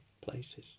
places